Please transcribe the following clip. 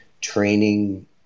training